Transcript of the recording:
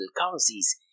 currencies